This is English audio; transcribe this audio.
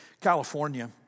California